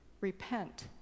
repent